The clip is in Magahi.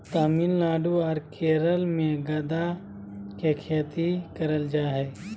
तमिलनाडु आर केरल मे गदा के खेती करल जा हय